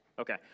Okay